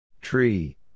Tree